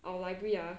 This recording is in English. our library ah